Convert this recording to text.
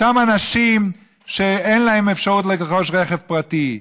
אותם אנשים שאין להם אפשרות לרכוש רכב פרטי,